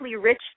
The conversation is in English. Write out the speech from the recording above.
rich